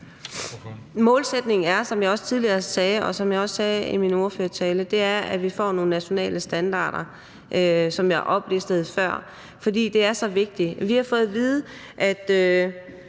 Målsætningen er, som jeg også sagde tidligere, også i min ordførertale, at vi får nogle nationale standarder, som jeg oplistede før, fordi det er så vigtigt. Vi har fået at vide, at